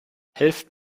helft